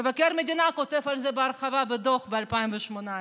מבקר המדינה כותב על זה בהרחבה בדוח ב-2018.